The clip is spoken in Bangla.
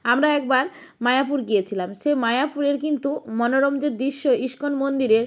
আমরা একবার মায়াপুর গিয়েছিলাম সে মায়াপুরের কিন্তু মনোরম যে দৃশ্য ইস্কন মন্দিরে